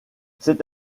c’est